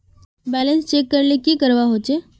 Balance check करले की करवा होचे?